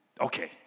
Okay